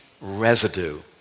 residue